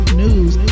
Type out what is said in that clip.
news